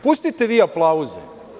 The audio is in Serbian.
Pustite vi aplauze.